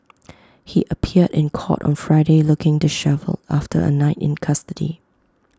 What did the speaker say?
he appeared in court on Friday looking dishevelled after A night in custody